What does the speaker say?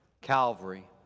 Calvary